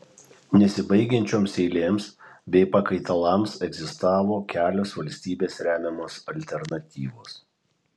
nesibaigiančioms eilėms bei pakaitalams egzistavo kelios valstybės remiamos alternatyvos